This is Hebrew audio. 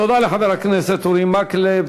תודה לחבר הכנסת אורי מקלב.